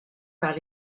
par